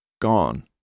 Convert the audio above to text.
Gone